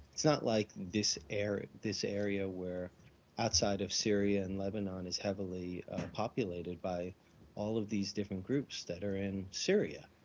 it's not like this area this area where outside of syria and lebanon is heavily populated by all of these different groups that are in syria.